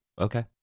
okay